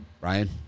Ryan